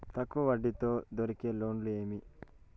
తక్కువ వడ్డీ తో దొరికే లోన్లు ఏమేమి